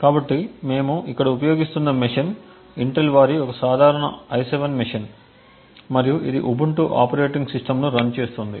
కాబట్టి మేము ఇక్కడ ఉపయోగిస్తున్న మెషీన్ ఇంటెల్ వారి ఒక సాధారణ i7 మెషీన్ మరియు ఇది ఉబుంటు ఆపరేటింగ్ సిస్టమ్ను రన్ చేస్తోంది